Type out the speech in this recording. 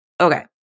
Okay